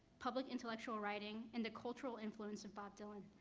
public intellectual writing, and the cultural influence of bob dylan.